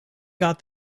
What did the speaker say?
got